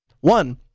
one